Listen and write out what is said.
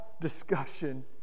discussion